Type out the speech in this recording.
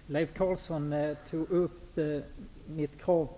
Fru talman! Leif Carlson berörde mitt krav